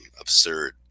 absurd